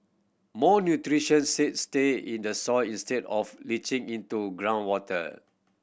more nutrition say stay in the soil instead of leaching into groundwater